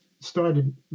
started